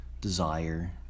desire